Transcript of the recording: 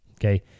Okay